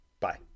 Bye